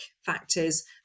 factors